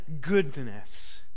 goodness